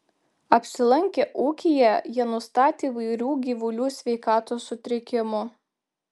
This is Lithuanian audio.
apsilankę ūkyje jie nustatė įvairių gyvulių sveikatos sutrikimų